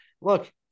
look